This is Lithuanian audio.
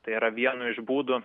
tai yra vienu iš būdų